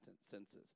senses